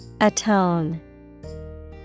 Atone